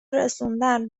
رسوندن